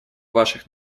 ваших